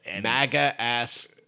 MAGA-ass